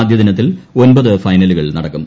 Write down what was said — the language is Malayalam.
ആദ്യദിനത്തിൽ ഒമ്പത് ഫൈനലുകൾ നടക്കും